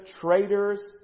Traitors